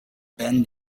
bend